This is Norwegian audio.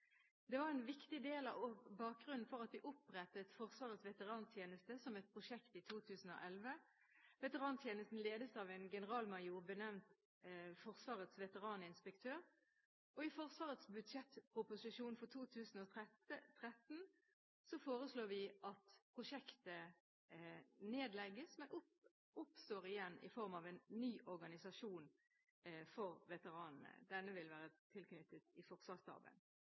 Det var en viktig del av bakgrunnen for at vi opprettet Forsvarets veterantjeneste som et prosjekt i 2011. Veterantjenesten ledes av en generalmajor benevnt Forsvarets veteraninspektør. I Forsvarets budsjettproposisjon for 2013 foreslår vi at prosjektet nedlegges, men oppstår igjen i form av en ny organisasjon for veteranene. Denne vil være tilknyttet